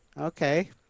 Okay